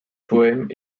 poèmes